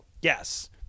Yes